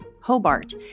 Hobart